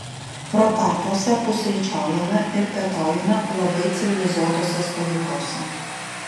protarpiuose pusryčiaujame ir pietaujame labai civilizuotose stovyklose